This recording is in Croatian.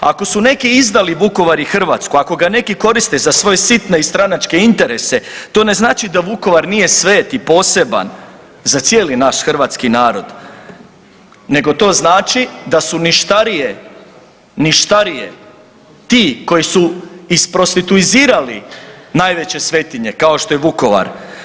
Ako su neki izdali Vukovar i Hrvatsku, ako ga neki koriste za svoje sitne i stranačke interese to ne znači da Vukovar nije svet i poseban za cijeli naš hrvatski narod, nego to znači da su ništarije, ništarije ti koji su isprostituizirali najveće svetinje kao što je Vukovar.